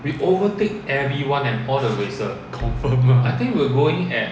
confirm lah